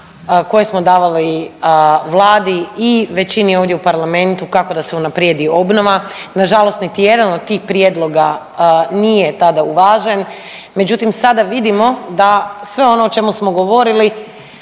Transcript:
koje smo davali Vladi i većini ovdje u parlamentu kako da se unaprijedi obnova, nažalost niti jedan od tih prijedloga nije tada uvažen, međutim sada vidimo da sve ono o čemu smo govorili